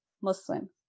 Muslim